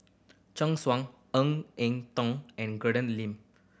Chen Sucheng Ng Eng Teng and Lin